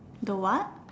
the what